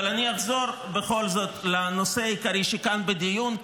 אבל אני אחזור בכל זאת לנושא העיקרי שכאן בדיון,